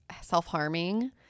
self-harming